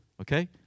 Okay